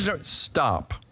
Stop